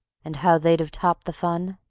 and how they'd have topped the fun?